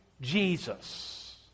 Jesus